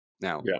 Now